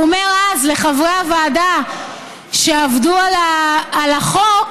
הוא אומר אז לחברי הוועדה שעבדו על החוק,